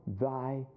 thy